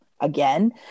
again